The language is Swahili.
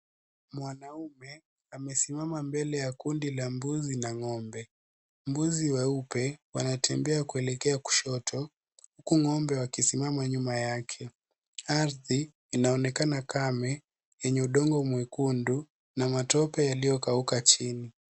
Mwanaume amesimama mbele ya kundi la mbuzi na ng'ombe. Mbuzi weupe wanatembea kuelekea kushoto huku ng'ombe wakisamama nyuma yake. Ardhi inaonekana kame yenye udongo mwekundu na matope yaliyokauka chini.